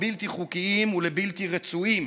לבלתי חוקיים ולבלתי רצויים.